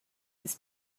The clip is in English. his